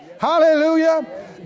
Hallelujah